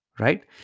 Right